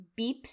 beeps